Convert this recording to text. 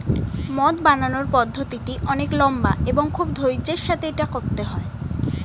মদ বানানোর পদ্ধতিটি অনেক লম্বা এবং খুব ধৈর্য্যের সাথে এটা করতে হয়